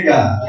God